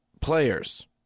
players